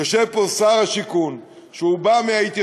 יושב פה שר הבינוי והשיכון, שהוא מההתיישבות.